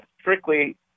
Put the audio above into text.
strictly